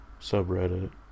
subreddit